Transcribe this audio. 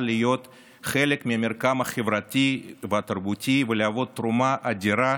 להיות חלק מהמרקם החברתי והתרבותי ולהוות תרומה אדירה